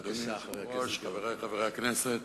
אדוני היושב-ראש, חברי חברי הכנסת,